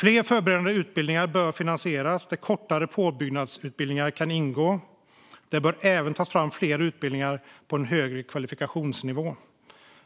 Fler förberedande utbildningar, där kortare påbyggnadsutbildningar kan ingå, bör finansieras. Det bör även tas fram fler utbildningar på en högre kvalifikationsnivå.